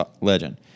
legend